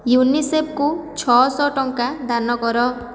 ୟୁନିସେଫ୍କୁ ଛଅ ଶହ ଟଙ୍କା ଦାନ କର